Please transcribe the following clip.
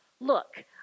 Look